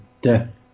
death